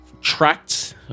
tracked